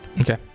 Okay